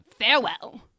Farewell